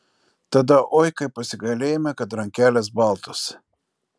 tada oi kaip pasigailėjome kad rankelės baltos